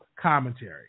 commentary